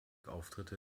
auftritte